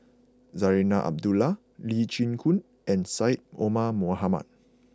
Zarinah Abdullah Lee Chin Koon and Syed Omar Mohamed